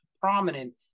prominent